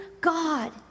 God